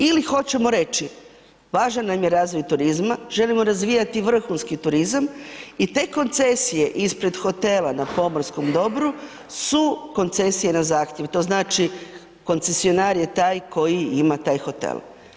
Ili hoćemo reći važan nam je razvoj turizma, želimo razvijati vrhunski turizam i te koncesije ispred hotela na pomorskom dobru su koncesije na zahtjev, to znači koncesionar je taj koji ima taj hotel.